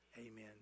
Amen